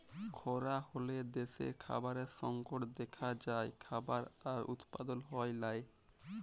খরা হ্যলে দ্যাশে খাবারের সংকট দ্যাখা যায়, খাবার আর উৎপাদল হ্যয় লায়